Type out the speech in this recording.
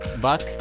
buck